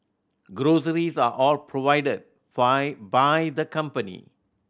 groceries are all provided five by the company